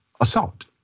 assault